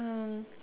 um